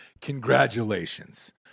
Congratulations